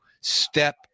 step